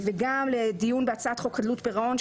וגם לדיון בהצעת חוק חדלות פירעון,